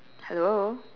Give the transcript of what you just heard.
hello